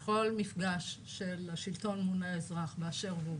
בכל מפגש של השלטון מול האזרח באשר הוא,